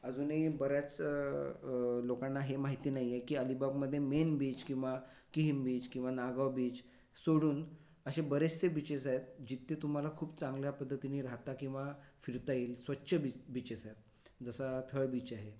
अजूनही बऱ्याच लोकांना हे माहिती नाही आहे की अलिबागमध्ये मेन बीच किंवा किहिम बीच किंवा नागांव बीच सोडून असे बरेचसे बीचेस आहेत जिथे तुम्हाला खूप चांगल्या पद्धतीने राहता किंवा फिरता येईल स्वच्छ बीच बीचेस आहेत जसा थळ बीच आहे